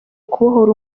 kubohora